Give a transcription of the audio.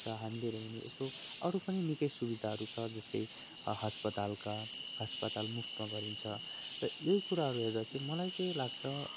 र हामीले हेर्यो भने यसो अरू पनि यसो निकै सुविधाहरू छ जस्तै ह हस्पतालका हस्पताल मुफ्तमा गरिन्छ र यही कुराहरू हेर्दा चाहिँ मलाई चाहिँ लाग्छ